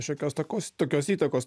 šiokios tokos tokios įtakos